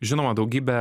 žinoma daugybė